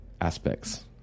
aspects